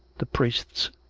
the priests.